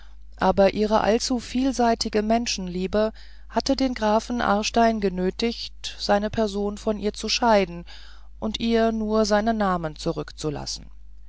aber ihre allzu vielseitige menschenliebe hatte den grafen aarstein genötigt seine person von ihr scheiden und ihr nur seinen namen zurückzulassen